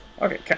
Okay